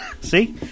See